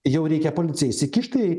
jau reikia policijai įsikišti